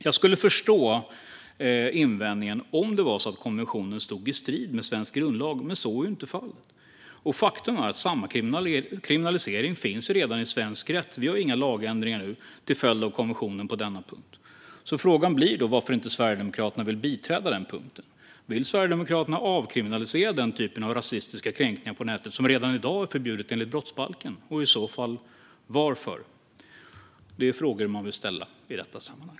Jag skulle förstå invändningen om det var så att konventionen stod i strid med svensk grundlag, men så är ju inte fallet. Faktum är att samma kriminalisering redan finns i svensk rätt. Vi gör inga lagändringar nu till följd av konventionen på denna punkt. Frågan blir då varför inte Sverigedemokraterna vill biträda den punkten. Vill Sverigedemokraterna avkriminalisera den typen av rasistiska kränkningar på nätet som redan i dag är förbjudna enligt brottsbalken, och i så fall varför? Det är frågor man vill ställa i detta sammanhang.